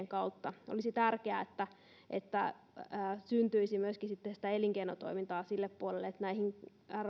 kautta olisi tärkeää että että syntyisi elinkeinotoimintaa myöskin sille puolelle että näihin